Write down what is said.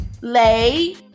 lay